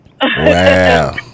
Wow